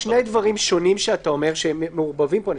שני דברים שונים שאתה אומר שהם מעורבבים פה.